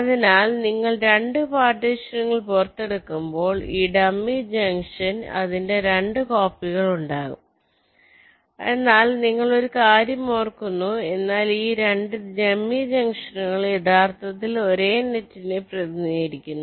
അതിനാൽ നിങ്ങൾ 2 പാർട്ടീഷനുകൾ പുറത്തെടുക്കുമ്പോൾ ഈ ഡമ്മി ജംഗ്ഷൻ അതിന്റെ 2 കോപ്പികൾ ഉണ്ടാകും എന്നാൽ നിങ്ങൾ ഒരു കാര്യം ഓർക്കുന്നു എന്നാൽ ഈ 2 ഡമ്മി ജംഗ്ഷനുകൾ യഥാർത്ഥത്തിൽ ഒരേ നെറ്റിനെ പ്രതിനിധീകരിക്കുന്നു